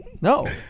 No